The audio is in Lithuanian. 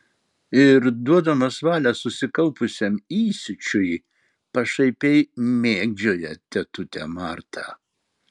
ir duodamas valią susikaupusiam įsiūčiui pašaipiai mėgdžioja tetutę martą